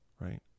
right